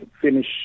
finish